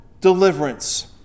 deliverance